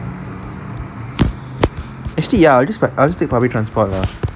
actually ya I will just buy I will just take public transport lah